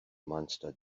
monster